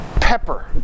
pepper